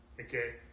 Okay